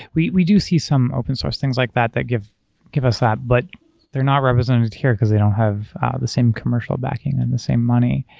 we we do see some open source things like that that give give us that, but they're not represented here because they don't have the same commercial backing and the same money.